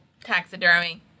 Taxidermy